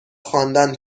خواندن